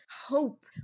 hope